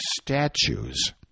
statues